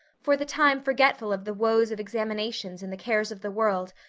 for the time forgetful of the woes of examinations and the cares of the world,